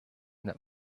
that